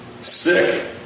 sick